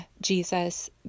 Jesus